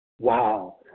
Wow